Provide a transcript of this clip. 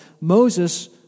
Moses